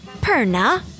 Perna